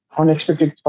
unexpected